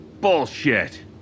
Bullshit